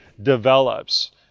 develops